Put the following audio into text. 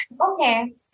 Okay